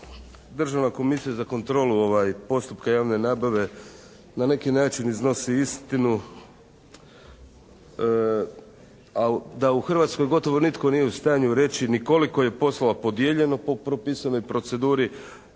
Državna komisija za kontrolu postupka javne nabave na neki način iznosi istinu da u Hrvatskoj gotovo nitko nije u stanju reći ni koliko je poslova podijeljeno po propisanoj proceduri,